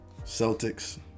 Celtics